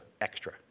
extra